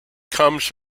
comes